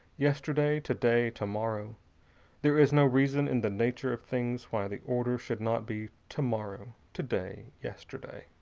yesterday, today, tomorrow there is no reason in the nature of things why the order should not be tomorrow, today, yesterday.